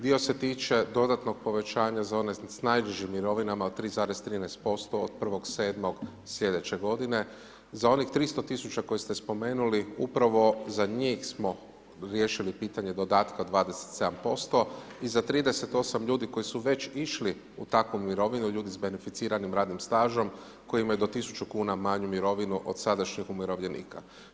Dio se tiče dodatnog povećanja za one s najnižim mirovinama od 3,13% od 1.7. sljedeće g. za onih 300 tisuća koje ste spomenuli, upravo za njih smo riješili pitanje dodatka od 27% i za 38 ljudi koji su već išli u takvu mirovinu, ljudi s beneficiranim radnim stažom koji imaju do 1000 kn manju mirovinu od sadašnjih umirovljenika.